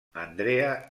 andrea